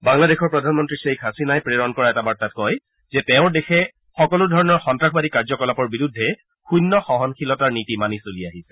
বাংলাদেশৰ প্ৰধানমন্ত্ৰী শ্বেইখ হাছিনাই প্ৰেৰণ কৰা এটা বাৰ্তাত কয় যে তেওঁৰ দেশে সকলো ধৰণৰ সন্তাসবাদী কাৰ্য কলাপৰ বিৰুদ্ধে শূন্য সহনশীলতাৰ নীতি মানি চলি আহিছে